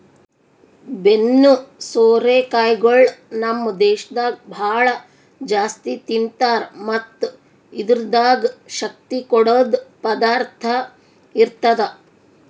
ಬೆನ್ನು ಸೋರೆ ಕಾಯಿಗೊಳ್ ನಮ್ ದೇಶದಾಗ್ ಭಾಳ ಜಾಸ್ತಿ ತಿಂತಾರ್ ಮತ್ತ್ ಇದುರ್ದಾಗ್ ಶಕ್ತಿ ಕೊಡದ್ ಪದಾರ್ಥ ಇರ್ತದ